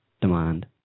demand